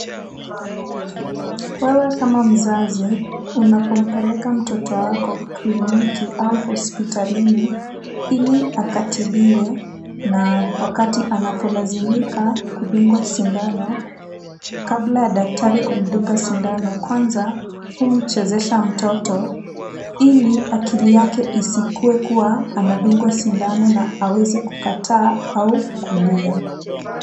Wewe kama mzazi unapompeleka mtoto wako kliniki au hospitalini ili akatibiwe na wakati anapolazimika kudungwa sindano, kabla ya daktari kumdunga sindano kwanza humchezesha mtoto ili akili yake isikuwe kuwa anadungwa sindano na aweze kukataa au kulia.